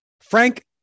Frank